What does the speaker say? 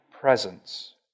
presence